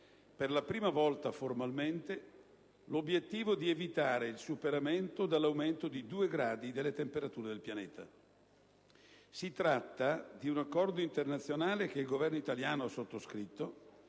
per la prima volta formalmente, l'obiettivo di evitare il superamento dell'aumento di due gradi delle temperature del pianeta. Si tratta di un accordo internazionale che il Governo italiano ha sottoscritto